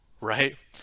right